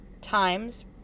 times